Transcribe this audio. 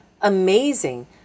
amazing